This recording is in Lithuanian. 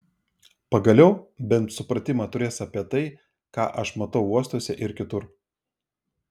pagaliau bent supratimą turės apie tai ką aš matau uostuose ir kitur